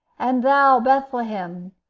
and thou, bethlehem,